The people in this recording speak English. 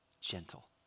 gentle